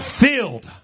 filled